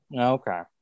Okay